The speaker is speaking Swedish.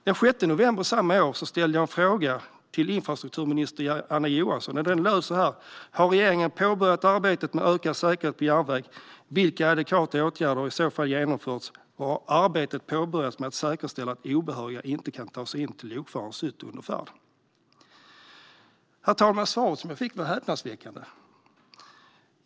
Den 6 november samma år ställde jag en fråga till infrastrukturminister Anna Johansson, som löd så här: "Har regeringen påbörjat arbetet med ökad säkerhet på järnväg, vilka adekvata åtgärder har i så fall genomförts, och har arbetet påbörjats med att säkerställa att obehöriga inte kan ta sig in i lokförarens hytt under färd?" Herr talman! Svaret som jag fick var häpnadsväckande.